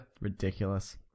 Ridiculous